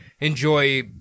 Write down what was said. enjoy